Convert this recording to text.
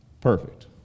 Perfect